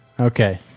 Okay